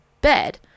bed